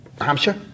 Hampshire